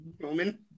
Roman